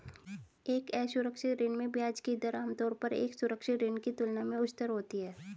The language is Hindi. एक असुरक्षित ऋण में ब्याज की दर आमतौर पर एक सुरक्षित ऋण की तुलना में उच्चतर होती है?